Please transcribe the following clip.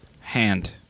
hand